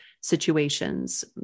situations